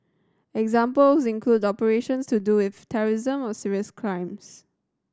example include operations to do with terrorism or serious crimes